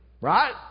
Right